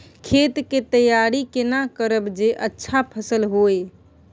खेत के तैयारी केना करब जे अच्छा फसल होय?